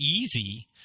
easy